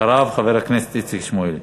אחריו, חבר הכנסת איציק שמולי.